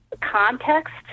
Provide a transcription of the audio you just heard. context